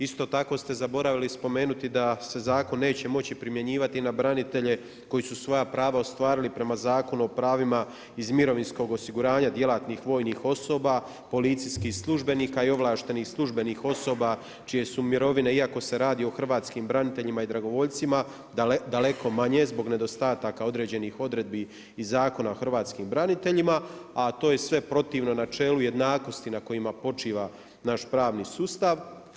Isto tako ste zaboravili spomenuti da se zakon neće moći primjenjivati na branitelje, koji su svoja prava ostvarili prema Zakonu o pravima iz mirovinskog osiguranja, djelatnih vojnih osoba, policijskih službenika i ovlaštenih službenih osoba čije su mirovine, iako se radi o hrvatskim braniteljima i dragovoljcima, daleko manje zbog nedostataka određenih odredbi i Zakona o hrvatskim braniteljima, a to je sve protivno načelu jednakosti na kojima počiva naš pravni sustav.